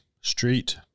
Street